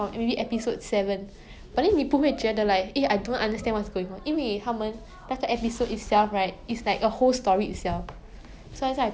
mm I